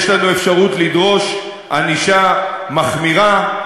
יש לנו אפשרות לדרוש ענישה מחמירה.